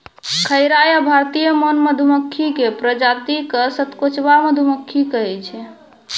खैरा या भारतीय मौन मधुमक्खी के प्रजाति क सतकोचवा मधुमक्खी कहै छै